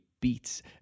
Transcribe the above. beats